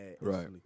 Right